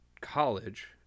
college